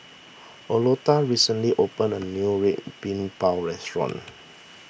Oleta recently opened a new Red Bean Bao restaurant